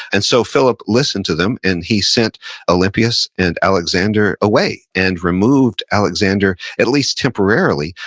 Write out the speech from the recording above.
and so, philip listened to them and he sent olympias and alexander away, and removed alexander, at least temporarily,